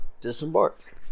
disembark